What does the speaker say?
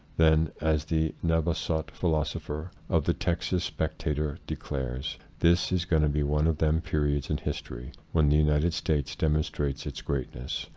then, as the navasot philosopher of the texas spectator declares, this is gonna be one of them periods in history when the united states demonstrates its greatness,